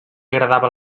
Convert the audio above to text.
agradava